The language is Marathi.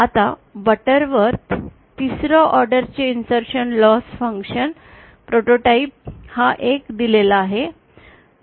आता बटरवर्थ 3 रा ऑर्डर चे इन्सर्शन लॉस फंक्शन प्रोटोटाइप हा एक दिलेला आहे